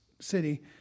city